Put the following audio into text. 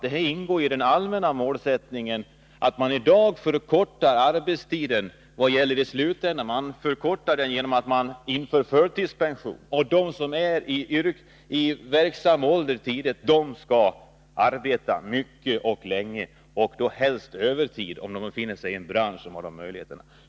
Det ingår i den allmänna målsättningen att förkorta arbetstiden genom att införa förtidspension, medan de som är i verksam ålder skall arbeta mycket och länge och helst arbeta på övertid.